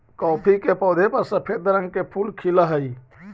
coffee के पौधा पर सफेद रंग के फूल खिलऽ हई